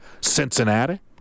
Cincinnati